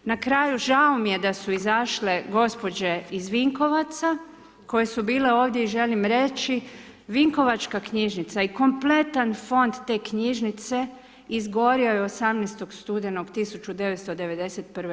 Na kraju, žao mi je da su izašle gospođe iz Vinkovaca koje su bile ovdje i želim reći, vinkovačka knjižnica i kompletan fond te knjižnice izgorio je 18.11.1991.